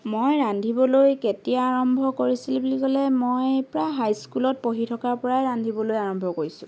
মই ৰান্ধিবলৈ কেতিয়া আৰম্ভ কৰিছিলোঁ বুলি ক'লে মই প্ৰায় হাই স্কুলত পঢ়ি থকাৰ পৰাই ৰান্ধিবলৈ আৰম্ভ কৰিছোঁ